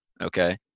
okay